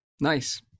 Nice